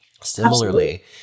similarly